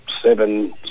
seven